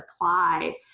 apply